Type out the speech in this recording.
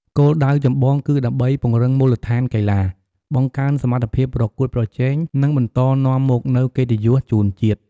គោលដៅចម្បងគឺដើម្បីពង្រឹងមូលដ្ឋានកីឡា បង្កើនសមត្ថភាពប្រកួតប្រជែង និងបន្តនាំមកនូវកិត្តិយសជូនជាតិ ។